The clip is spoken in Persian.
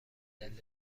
داریم